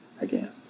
again